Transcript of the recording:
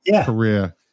career